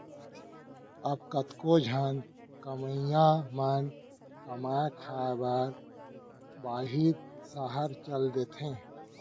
अब कतको झन कमवइया मन कमाए खाए बर बाहिर सहर चल देथे